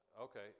okay